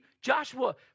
Joshua